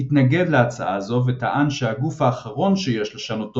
התנגד להצעה זו וטען שהגוף האחרון שיש לשנותו